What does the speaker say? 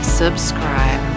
subscribe